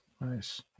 nice